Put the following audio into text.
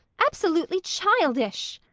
absolutely childish.